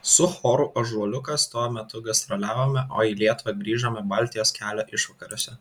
su choru ąžuoliukas tuo metu gastroliavome o į lietuvą grįžome baltijos kelio išvakarėse